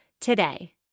today